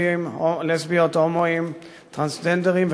בבקשה, אפשר להצביע.